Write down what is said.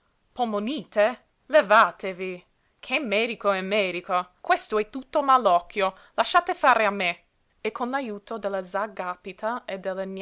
polmonite levàtevi che medico e medico questo è tutto malocchio lasciate fare a me e con l'ajuto della z'a gàpita e della